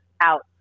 out